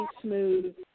smooth